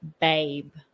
babe